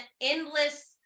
endless